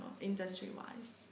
industry-wise